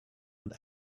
and